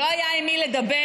לא היה עם מי לדבר.